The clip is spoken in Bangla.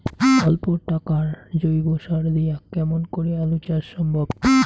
অল্প টাকার জৈব সার দিয়া কেমন করি আলু চাষ সম্ভব?